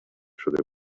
شده